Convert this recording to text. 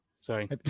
Sorry